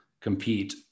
compete